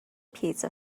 piece